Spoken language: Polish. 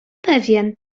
pewien